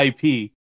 IP